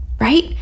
Right